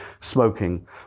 smoking